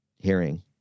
hearing